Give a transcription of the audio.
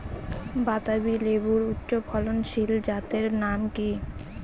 বাতাবি লেবুর উচ্চ ফলনশীল জাতের নাম কি?